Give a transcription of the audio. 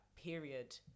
period